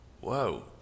Whoa